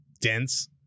dense